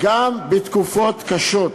גם בתקופות קשות.